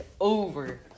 over